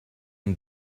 and